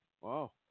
Wow